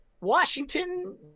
Washington